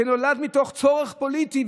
שנולדה מתוך צורך פוליטי,